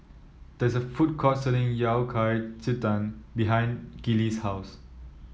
there is a food court selling Yao Cai Ji Tang behind Gillie's house